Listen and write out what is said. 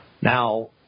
Now